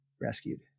rescued